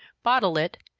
bottle it,